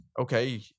okay